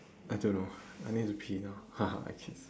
I don't know I need to pee now I kid